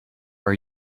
are